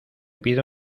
pido